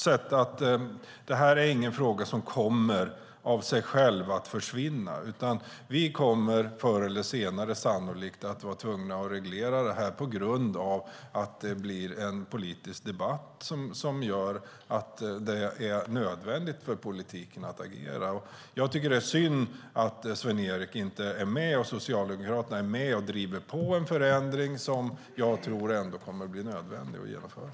Detta är ingen fråga som kommer att försvinna av sig själv, utan sannolikt kommer vi förr eller senare att vara tvungna att reglera detta på grund av att en politisk debatt gör att det är nödvändigt för politiken att agera. Jag tycker att det är synd att Sven-Erik och Socialdemokraterna inte är med och driver på en förändring som jag tror kommer att bli nödvändig att genomföra.